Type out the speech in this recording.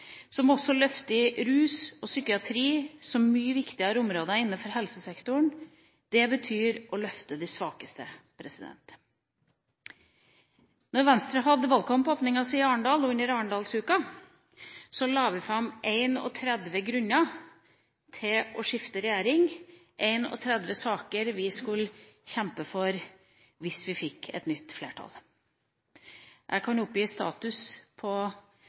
som også løfter rus og psykiatri som mye viktigere områder innenfor helsesektoren. Det betyr å løfte de svakeste. Da Venstre hadde valgkampåpningen sin i Arendal, under Arendalsuka, la vi fram 31 grunner til å skifte regjering, 31 saker vi skulle kjempe for hvis vi fikk et nytt flertall. Jeg kan oppgi status i Stortingets første debatt på